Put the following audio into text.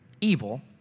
Evil